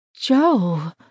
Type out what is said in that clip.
Joe